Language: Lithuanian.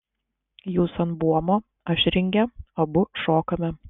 jūs ant buomo aš ringe abu šokome